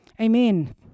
Amen